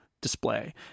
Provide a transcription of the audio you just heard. display